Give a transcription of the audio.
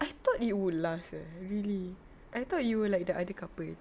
I thought you would last eh really I thought you were like the other couple